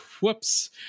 whoops